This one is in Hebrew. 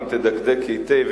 אם תדקדק היטב,